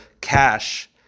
cash